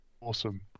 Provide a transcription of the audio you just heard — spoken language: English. awesome